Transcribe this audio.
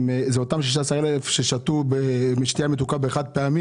אלה אותם 16 אלף ששתו שתייה מתוקה בכוס חד פעמית